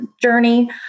journey